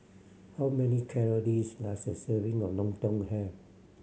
how many calories does a serving of lontong have